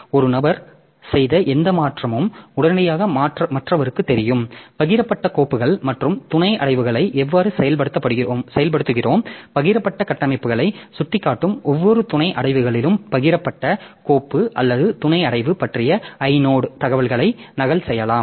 ஒரு நபர் செய்த எந்த மாற்றமும் உடனடியாக மற்றவருக்குத் தெரியும் பகிரப்பட்ட கோப்புகள் மற்றும் துணை அடைவுகளை எவ்வாறு செயல்படுத்துகிறோம் பகிரப்பட்ட கட்டமைப்புகளை சுட்டிக்காட்டும் ஒவ்வொரு துணை அடைவுகளிலும் பகிரப்பட்ட கோப்பு அல்லது துணை அடைவு பற்றிய ஐனோட் தகவலை நகல் செய்யலாம்